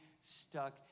stuck